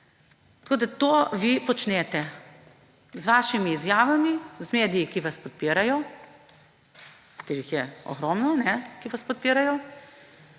Gorica. To vi počnete z vašimi izjavami, z mediji, ki vas podpirajo, ker jih je ogromno, ki vas podpirajo,